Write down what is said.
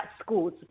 schools